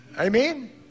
Amen